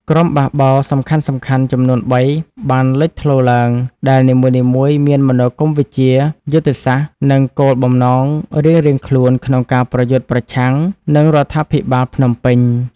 ក្រុមបះបោរសំខាន់ៗចំនួនបីបានលេចធ្លោឡើង ដែលនីមួយៗមានមនោគមវិជ្ជា យុទ្ធសាស្ត្រ និងគោលបំណងរៀងៗខ្លួនក្នុងការប្រយុទ្ធប្រឆាំងនឹងរដ្ឋាភិបាលភ្នំពេញ។